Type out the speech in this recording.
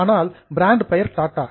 ஆனால் பிராண்ட் பெயர் டாட்டா